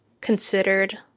considered